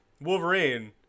Wolverine